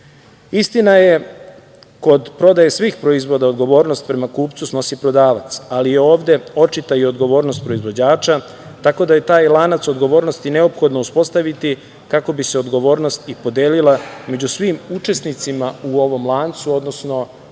je, kod prodaje svih proizvoda, odgovornost prema kupcu snosi prodavac, ali je ovde očita i odgovornost proizvođača, tako da je taj lanac odgovornosti neophodno uspostaviti kako bi se odgovornost i podelila među svim učesnicima u ovom lancu, odnosno među